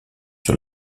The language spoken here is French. sur